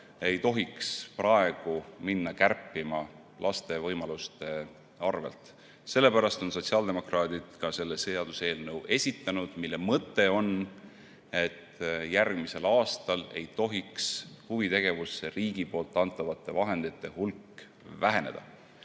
ei tohiks praegu minna kärpima laste võimaluste arvel. Sellepärast on sotsiaaldemokraadid selle seaduseelnõu esitanud. Mõte on, et järgmisel aastal ei tohiks huvitegevusele antavate riigi vahendite hulk väheneda.